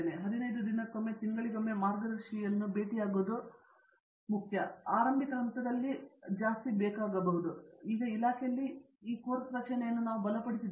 ಹದಿನೈದು ದಿನಕ್ಕೊಮ್ಮೆ ತಿಂಗಳಿಗೊಮ್ಮೆ ಮಾರ್ಗದರ್ಶಿಗೆ ಭೇಟಿ ನೀಡುವ ಮಧ್ಯದ ಆರಂಭಿಕ ಹಂತಗಳು ಏನು ಏಕೆಂದರೆ ನಾವು ಈಗ ಇಲಾಖೆಯಲ್ಲಿ ಈ ಕೋರ್ಸ್ ರಚನೆಯನ್ನು ನಾವು ಬಲಪಡಿಸಿದ್ದೇವೆ